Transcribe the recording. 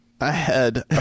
ahead